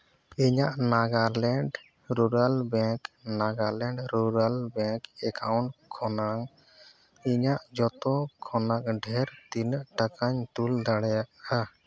ᱤᱧᱟᱹᱜ Nagaland rural bank Nagaland rural bank account ᱠᱷᱚᱱᱟᱝ ᱤᱧᱟᱹᱜ ᱡᱚᱛᱚ ᱠᱷᱚᱱᱟᱝ ᱰᱷᱮᱹᱨ ᱛᱤᱱᱟᱹᱜ ᱴᱟᱠᱟᱧ ᱫᱟᱲᱮᱭᱟᱜᱼᱟ